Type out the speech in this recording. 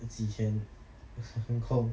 几天很空